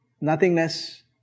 nothingness